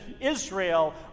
Israel